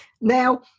now